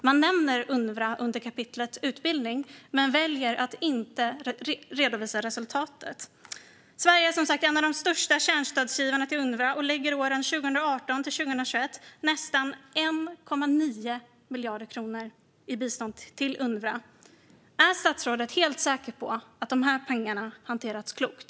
Man nämner Unrwa i kapitlet om utbildning men väljer att inte redovisa resultatet. Sverige är som sagt en av de största kärnstödsgivarna till Unrwa och lägger under åren 2018-2021 nästan 1,9 miljarder kronor i bistånd till organisationen. Är statsrådet helt säker på att dessa pengar hanterats klokt?